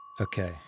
Okay